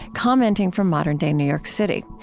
commenting from modern-day new york city.